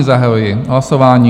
Zahajuji hlasování.